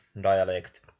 dialect